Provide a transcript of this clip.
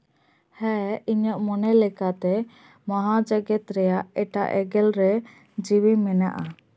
ᱦᱮᱸ ᱤᱧᱟᱹᱜ ᱢᱚᱱᱮ ᱞᱮᱠᱟᱛᱮ ᱢᱚᱦᱟ ᱡᱮᱸᱜᱮᱛ ᱨᱮᱭᱟᱜ ᱮᱴᱟᱜ ᱮᱸᱜᱮᱞ ᱨᱮ ᱡᱤᱣᱤ ᱢᱮᱱᱟᱜᱼᱟ